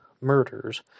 murders